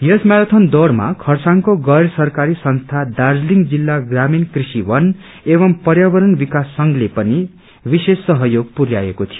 यस marathon दौड़मा खरसाङको गैर सरकारी संस्था दार्जीलिङ जिल्ला ग्रामीण कृषिवन एवं पर्यावरण विकास संघले पनि विशेष सहयोग पुरयाएको थियो